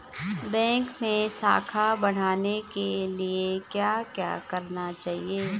Bank मैं साख बढ़ाने के लिए क्या क्या करना चाहिए?